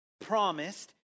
promised